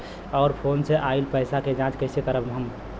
और फोन से आईल पैसा के जांच कैसे करब हम?